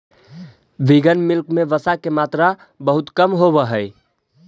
vegan milk में वसा के मात्रा बहुत कम होवऽ हइ